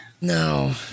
No